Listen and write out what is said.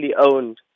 owned